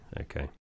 Okay